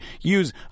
use